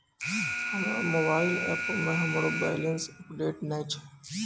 हमरो मोबाइल एपो मे हमरो बैलेंस अपडेट नै छै